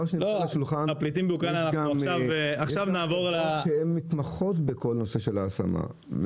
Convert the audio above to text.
יש חברות שהן מתמחות בכל הנושא של ההשמה.